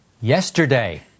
Yesterday